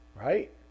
Right